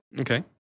Okay